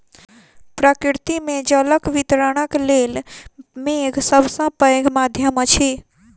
प्रकृति मे जलक वितरणक लेल मेघ सभ सॅ पैघ माध्यम अछि